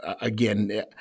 Again